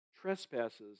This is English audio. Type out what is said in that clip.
trespasses